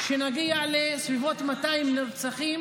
נגיע לסביבות 200 נרצחים